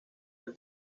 del